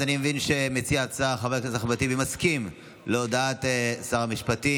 אני מבין שמציע ההצעה חבר הכנסת אחמד טיבי מסכים להודעת שר המשפטים.